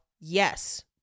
yes